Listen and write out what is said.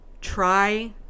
Try